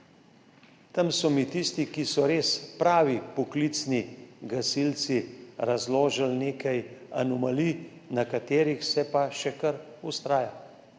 Tam so mi tisti, ki so res pravi, poklicni gasilci, razložili nekaj anomalij, na katerih se pa še kar vztraja.